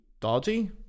dodgy